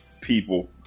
people